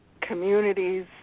communities